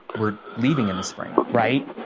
we're leaving in the spring. right,